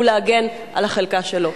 והוא להגן על החלקה שלו.